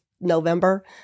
November